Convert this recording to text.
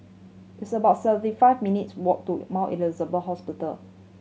it's about thirty five minutes' walk to Mount Elizabeth Hospital